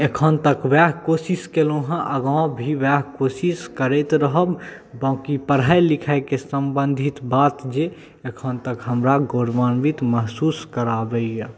एखन तक वएह कोशिश केलहुँ हँ आगाँ भी वएह कोशिश करैत रहब बाकी पढ़ाइ लिखाइके सम्बन्धित बात जे एखन तक हमरा गौरवान्वित महसूस कराबैए